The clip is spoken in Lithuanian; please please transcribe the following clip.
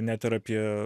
net ir apie